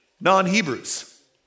non-Hebrews